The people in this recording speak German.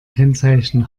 kennzeichen